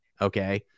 Okay